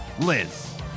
Liz